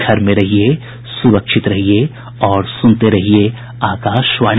घर में रहिये सुरक्षित रहिये और सुनते रहिये आकाशवाणी